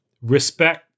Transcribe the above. respect